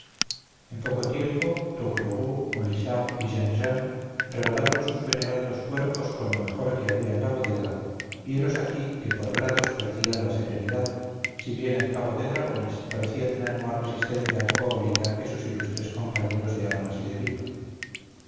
en poco tiempo tourlourou molichard y jean jean regalaron sus venerandos cuerpos con lo mejor que había en la bodega y helos aquí que por grados perdían la serenidad si bien el cabo de dragones parecía tener más resistencia alcohólica que sus ilustres compañeros de armas y de vino